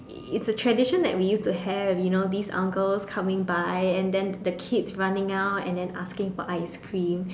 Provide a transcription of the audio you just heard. it's a tradition that we used to have you know this uncles coming by and then the kids coming out and then asking for ice cream